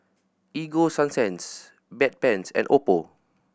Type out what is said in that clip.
Ego Sunsense Bedpans and Oppo